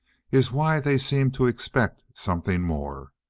is why they seem to expect something more.